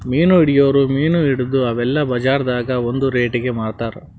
ಮೀನ್ ಹಿಡಿಯೋರ್ ಮೀನ್ ಹಿಡದು ಅವೆಲ್ಲ ಬಜಾರ್ದಾಗ್ ಒಂದ್ ರೇಟಿಗಿ ಮಾರ್ತಾರ್